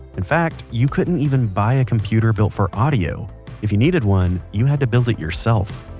in fact you couldn't even buy a computer built for audio if you needed one, you had to build it yourself